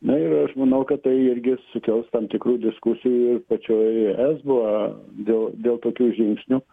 na ir aš manau kad tai irgi sukels tam tikrų diskusijų ir pačioj esbo dėl dėl tokių žingsnių